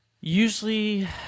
Usually